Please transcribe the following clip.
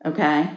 Okay